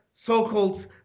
So-called